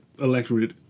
electorate